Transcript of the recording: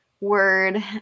word